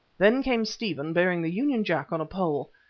then came stephen bearing the union jack on a pole,